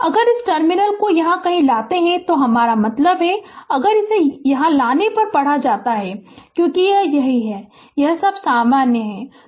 अगर इस टर्मिनल को यहां कहीं लाते हैं तो हमारा मतलब है कि अगर इसे यहां लाने पर पढ़ा जाता है तो क्योंकि यह यही है यह सब सामान्य है